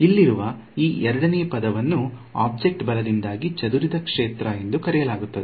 ಇಲ್ಲಿರುವ ಈ ಎರಡನೆಯ ಪದವನ್ನು ಆಬ್ಜೆಕ್ಟ್ ಬಲದಿಂದಾಗಿ ಚದುರಿದ ಕ್ಷೇತ್ರ ಎಂದು ಕರೆಯಲಾಗುತ್ತದೆ